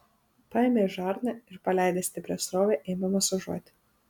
paėmė žarną ir paleidęs stiprią srovę ėmė masažuoti